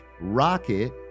rocket